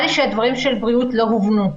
לי שהדברים של נציגי הבריאות לא הובנו.